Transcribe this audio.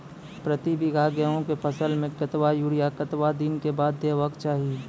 प्रति बीघा गेहूँमक फसल मे कतबा यूरिया कतवा दिनऽक बाद देवाक चाही?